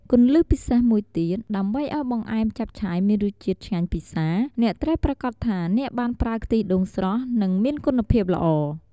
គន្លឹះពិសេសមួយទៀត ដើម្បីឱ្យបង្អែមចាប់ឆាយមានរសជាតិឆ្ងាញ់ពិសា អ្នកត្រូវប្រាកដថាអ្នកបានប្រើខ្ទិះដូងស្រស់ និងមានគុណភាពល្អ។